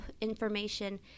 information